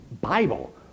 Bible